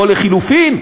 או לחלופין,